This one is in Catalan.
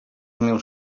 mil